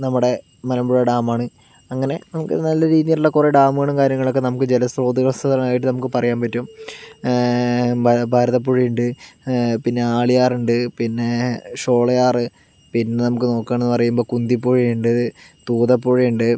നമ്മുടെ മലമ്പുഴ ഡാമാണ് അങ്ങനെ നമുക്ക് നല്ല രീതിയിലുള്ള കുറേ ഡാമുകളും കാര്യങ്ങളുമൊക്കെ നമുക്ക് ജലസ്രോതസ്സുകളായിട്ടു നമുക്കു പറയാന് പറ്റും ഭാര ഭാരതപ്പുഴയുണ്ട് പിന്നെ ആളിയാറുണ്ട് പിന്നെ ഷോളയാർ പിന്നെ നമുക്ക് നോക്കുവാണെന്നു പറയുമ്പോൾ കുന്തിപ്പുഴയുണ്ട് തൂതപ്പുഴയുണ്ട്